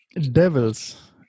devils